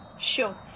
Sure